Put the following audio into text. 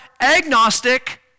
agnostic